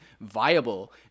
viable